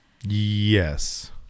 Yes